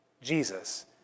Jesus